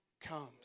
comes